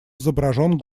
изображен